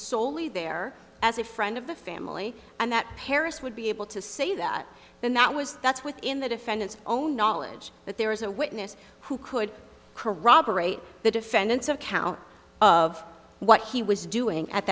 soley there as a friend of the family and that paris would be able to say that then that was that's within the defendant's own knowledge that there was a witness who could corroborate the defendant's account of what he was doing at